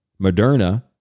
Moderna